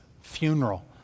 funeral